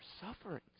sufferings